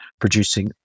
producing